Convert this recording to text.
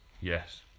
yes